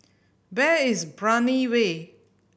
where is Brani Way